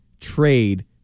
trade